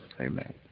amen